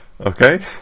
Okay